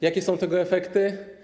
Jakie są tego efekty?